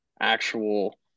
actual